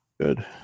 Good